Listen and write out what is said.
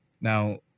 Now